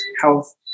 health